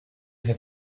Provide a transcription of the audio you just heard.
have